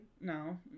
No